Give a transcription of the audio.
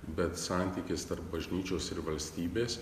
bet santykis tarp bažnyčios ir valstybės